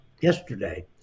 yesterday